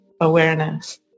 awareness